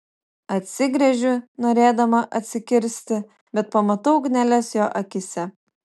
atsigręžiu norėdama atsikirsti bet pamatau ugneles jo akyse